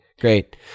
great